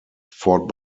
fort